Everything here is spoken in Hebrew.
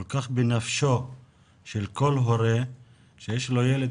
וכל כך בנפשו של כל הורה שיש לו ילד